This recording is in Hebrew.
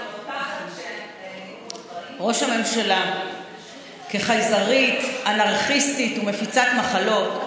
ראש הממשלה, כחייזרית, אנרכיסטית ומפיצת מחלות,